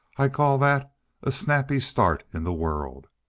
i call that a snappy start in the world!